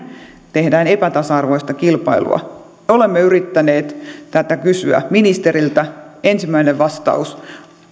tehdään epätasa arvoista kilpailua olemme yrittäneet tätä kysyä ministeriltä ensimmäinen vastaus